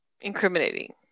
incriminating